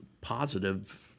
positive